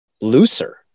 looser